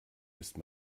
ist